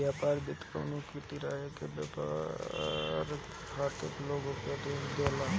व्यापार वित्त कवनो भी तरही के व्यापार खातिर लोग के ऋण देला